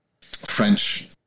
French